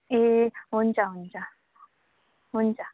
ए हुन्छ हुन्छ हुन्छ